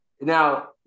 Now